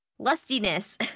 Lustiness